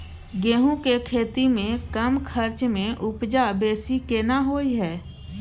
गेहूं के खेती में कम खर्च में उपजा बेसी केना होय है?